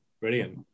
Brilliant